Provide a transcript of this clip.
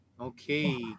Okay